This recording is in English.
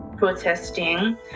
Protesting